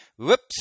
Whoops